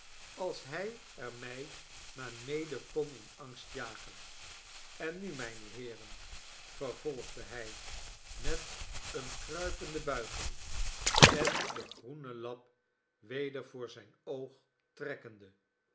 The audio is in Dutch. als hij er mij maar mede kon in angst jagen en nu mijne heeren vervolgde hij met eene kruipende buiging en den groenen lap weder voor zijn oog trekkende